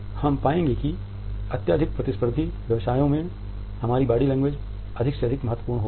हम पाएंगे कि अत्यधिक प्रतिस्पर्धी व्यवसायों में हमारी बॉडी लैंग्वेज अधिक से अधिक महत्वपूर्ण हो गई है